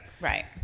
Right